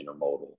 intermodal